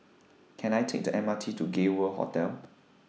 Can I Take The M R T to Gay World Hotel